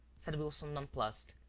said wilson, nonplussed.